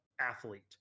athlete